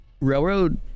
Railroad